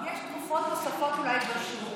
תרופות נוספות בשוק,